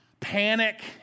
panic